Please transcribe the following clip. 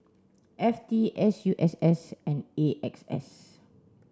F T S U S S and A X S